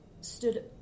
stood